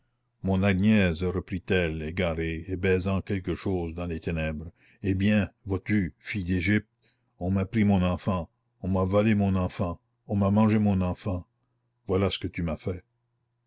mon agnès reprit-elle égarée et baisant quelque chose dans les ténèbres eh bien vois-tu fille d'égypte on m'a pris mon enfant on m'a volé mon enfant on m'a mangé mon enfant voilà ce que tu m'as fait